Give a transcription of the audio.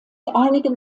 einigen